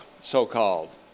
so-called